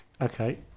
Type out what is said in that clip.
Okay